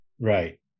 Right